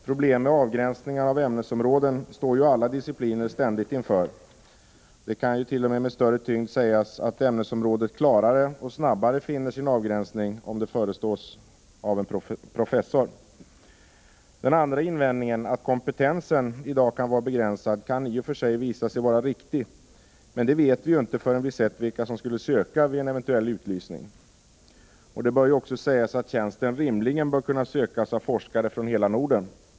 Problem med avgränsningar av ämnesområden står ju alla discipliner ständigt inför. Det kan t.o.m. med större tyngd sägas att ämnesområdet klarare och snabbare finner sin avgränsning om det förestås av en professor. Den andra invändningen — att kompetensen i dag kan vara begränsad — kan i och för sig visa sig vara riktig. Men det vet vi ju inte förrän vi sett vilka som sla söka vid en eventuell utlysning. Det bör också sägas att tjänsten rimligen bör kunna sökas av forskare från hela Norden.